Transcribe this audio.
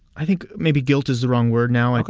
i think maybe guilt is the wrong word now. like